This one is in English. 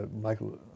Michael